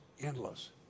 endless